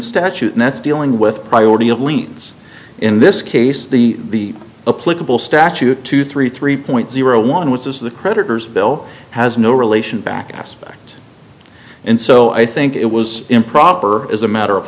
statute that's dealing with priority of liens in this case the a political statute two three three point zero one which is the creditors bill has no relation back aspects and so i think it was improper as a matter of